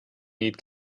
need